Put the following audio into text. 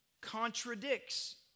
contradicts